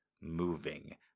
moving